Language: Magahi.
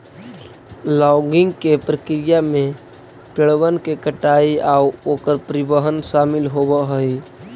लॉगिंग के प्रक्रिया में पेड़बन के कटाई आउ ओकर परिवहन शामिल होब हई